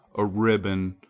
a ribbon,